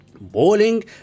bowling